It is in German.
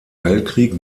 weltkrieg